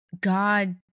God